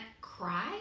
cry